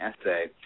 essay